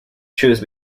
choose